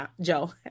joe